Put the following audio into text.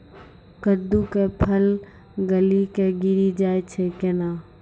कददु के फल गली कऽ गिरी जाय छै कैने?